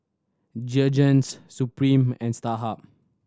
Jergens Supreme and Starhub